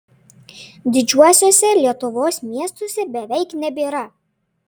didžiuosiuose lietuvos miestuose beveik nebėra